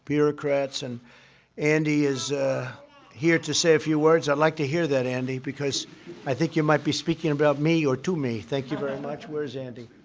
bureaucrats. and andy is here to say a few words. i'd like to hear that andy because i think you might be speaking about me or to me. thank you very much. where's andy?